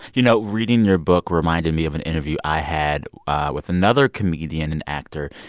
you know, reading your book reminded me of an interview i had with another comedian and actor,